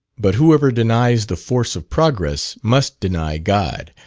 but whoever denies the force of progress must deny god,